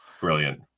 brilliant